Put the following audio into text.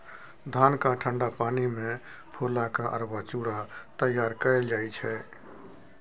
धान केँ ठंढा पानि मे फुला केँ अरबा चुड़ा तैयार कएल जाइ छै